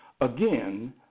Again